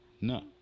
No